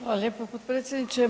Hvala lijepo potpredsjedniče.